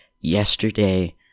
Yesterday